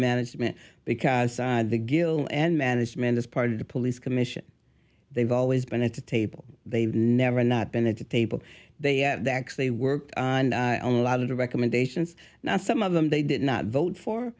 management because the gil and management as part of the police commission they've always been at the table they've never not been at the table they have actually worked on a lot of the recommendations now some of them they did not vote